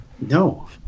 no